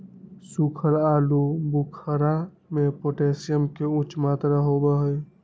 सुखल आलू बुखारा में पोटेशियम के उच्च मात्रा होबा हई